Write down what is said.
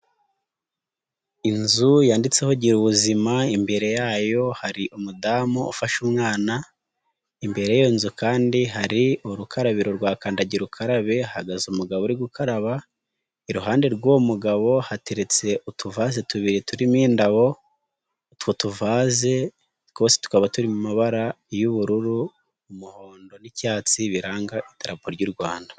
Inzu yanditseho gira ubuzima, imbere yayo hari umudamu ufashe umwana, imbere y'iyo nzu kandi hari urukarabiro rwakandagira ukarabe, hahagaze umugabo uri gukaraba, iruhande rw'uwo mugabo hateretse utuvase tubiri turimo indabo, utwo tuvanze twose tukaba turi mu mabara y'ubururu, umuhondo n'icyatsi biranga idarapo ry'u Rwanda.